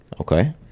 Okay